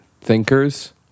thinkers